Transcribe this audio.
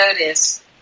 notice